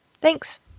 Thanks